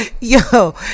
Yo